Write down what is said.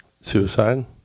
Suicide